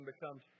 becomes